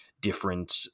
different